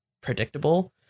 predictable